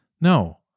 No